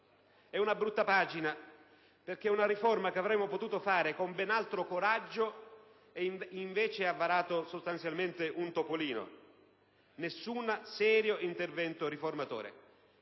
è una brutta pagina, perché una riforma che avremmo potuto fare con ben altro coraggio, invece, ha sostanzialmente partorito un topolino! Nessun serio intervento riformatore.